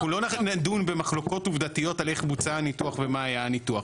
אנחנו לא נדון במחלוקות עובדתיות על איך בוצע הניתוח ומה היה הניתוח.